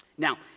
Now